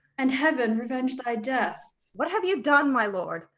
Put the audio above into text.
and heavens revenge thy death. what have you done, my lord?